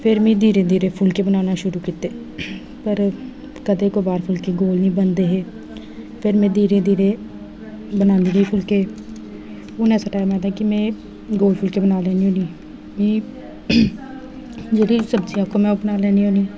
फिर में धीरे धीरे फुल्के बनाना शुरु कीते पर कदें कबार फुल्के गोल नीं बनदे हे पर में धीरे धीरे बनांदी ही फुल्के हून ऐसा टाइम आए दा ऐ के में गोल फुल्के बनाई लैन्नी होन्नी आं ते में जेह्ड़ी सब्जी आक्खो में ओह् बनाई लैन्नी होन्नी आं